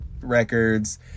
Records